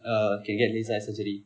uh you can get laser eye surgery